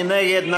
מי נגד?